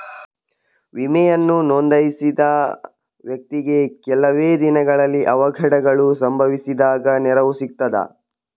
ವಿಮೆಯನ್ನು ನೋಂದಾಯಿಸಿದ ವ್ಯಕ್ತಿಗೆ ಕೆಲವೆ ದಿನಗಳಲ್ಲಿ ಅವಘಡಗಳು ಸಂಭವಿಸಿದಾಗ ನೆರವು ಸಿಗ್ತದ?